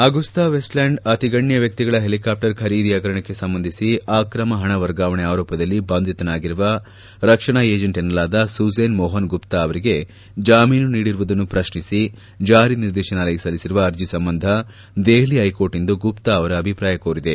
Agusta Westland ಅತಿಗಣ್ಯ ವ್ಯಕ್ತಿಗಳ helicopter ಖರೀದಿ ಹಗರಣಕ್ಕೆ ಸಂಬಂಧಿಸಿ ಅಕ್ರಮ ಹಣ ವರ್ಗಾವಣೆ ಆರೋಪದಲ್ಲಿ ಬಂಧಿತನಾಗಿರುವ ರಕ್ಷಣಾ ಏಜೆಂಟ್ ಎನ್ನಲಾದ ಸುಸೇನ್ ಮೋಹನ್ ಗುಪ್ತಾ ಅವರಿಗೆ ಜಾಮೀನು ನೀಡಿರುವುದನ್ನು ಪ್ರಶ್ನಿಸಿ ಜಾರಿ ನಿರ್ದೇಶನಾಲಯ ಸಲ್ಲಿಸಿರುವ ಅರ್ಜಿ ಸಂಬಂಧ ದೆಹಲಿ ಹೈಕೋರ್ಟ್ ಇಂದು ಗುಪ್ತಾ ಅವರ ಅಭಿಪ್ರಾಯ ಕೋರಿದೆ